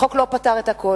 החוק לא פתר את הכול,